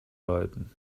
läuten